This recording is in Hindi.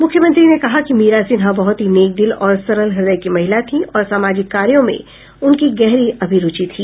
मुख्यमंत्री ने कहा की मीरा सिन्हा बहुत ही नेक दिल और सरल हृदय की महिला थीं और सामाजिक कार्यों में उनकी गहरी अभिरुचि थी